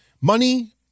Money